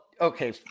okay